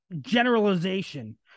generalization